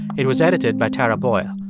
it was edited by tara boyle.